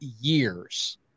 years